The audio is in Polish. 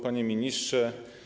Panie Ministrze!